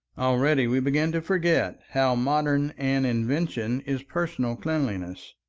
already we begin to forget how modern an invention is personal cleanliness.